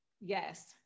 Yes